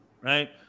right